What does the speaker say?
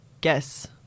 guess